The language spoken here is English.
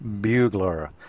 bugler